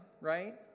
right